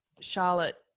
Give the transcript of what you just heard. Charlotte